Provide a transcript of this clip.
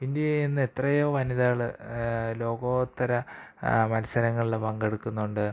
ഇന്ത്യയില്നിന്ന് എത്രയോ വനിതകള് ലോകോത്തര മത്സരങ്ങളില് പങ്കെടുക്കുന്നുണ്ട്